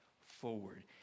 forward